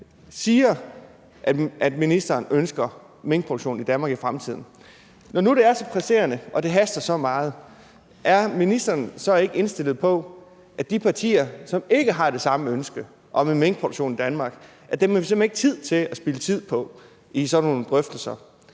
siger, at ministeren ønsker minkproduktion i Danmark i fremtiden. Når nu det er så presserende og det haster så meget, er ministeren så ikke indstillet på at sige, at de partier, som ikke har det samme ønske om en minkproduktion i Danmark, har vi simpelt hen ikke tid til at spilde tid på i sådan nogle drøftelser?